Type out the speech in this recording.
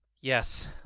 Yes